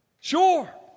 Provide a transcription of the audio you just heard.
sure